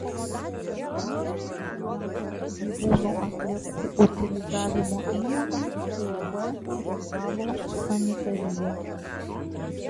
juos surenka gyvūnų atliekų utilizavimo įmonė uab rietavo sanitarija